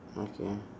okay